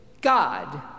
God